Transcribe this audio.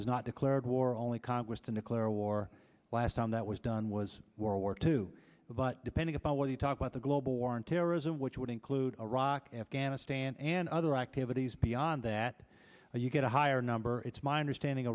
has not declared war only congress to declare a war last time that was done was world war two but depending upon what you talk about the global war on terrorism which would include iraq afghanistan and other activities beyond that and you get a higher number it's my understanding